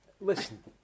Listen